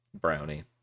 brownie